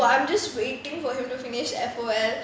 oh I'm just waiting for him to finish F_O_L